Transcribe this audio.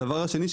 הדבר השני,